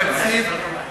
בתקציב,